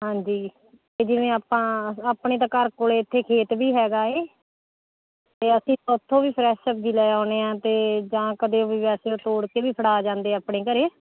ਹਾਂਜੀ ਅਤੇ ਜਿਵੇਂ ਆਪਾਂ ਆਪਣੀ ਤਾਂ ਘਰ ਕੋਲ ਇੱਥੇ ਖੇਤ ਵੀ ਹੈਗਾ ਏ ਅਤੇ ਅਸੀਂ ਉਥੋਂ ਵੀ ਫਰੈਸ਼ ਸਬਜ਼ੀ ਲੈ ਆਉਂਦੇ ਹਾਂ ਅਤੇ ਜਾਂ ਕਦੇ ਵੀ ਵੈਸੇ ਤੋੜ ਕੇ ਵੀ ਫੜਾ ਜਾਂਦੇ ਆ ਆਪਣੀ ਘਰ